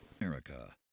America